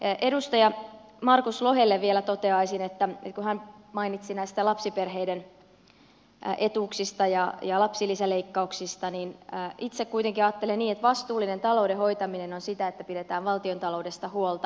edustaja markus lohelle vielä toteaisin kun hän mainitsi näistä lapsiperheiden etuuksista ja lapsilisäleikkauksista että itse kuitenkin ajattelen niin että vastuullinen talouden hoitaminen on sitä että pidetään valtiontaloudesta huolta